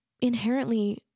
inherently